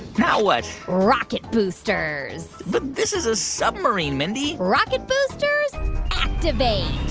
now what? rocket boosters but this is a submarine, mindy rocket boosters activate